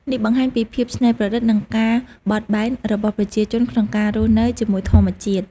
នេះបង្ហាញពីភាពច្នៃប្រឌិតនិងការបត់បែនរបស់ប្រជាជនក្នុងការរស់នៅជាមួយធម្មជាតិ។